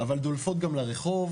אבל דולפות גם לרחוב,